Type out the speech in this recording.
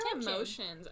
emotions